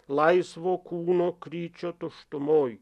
laisvo kūno kryčio tuštumoj